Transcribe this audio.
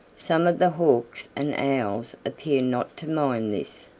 some of the hawks and owls appear not to mind this,